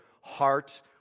heart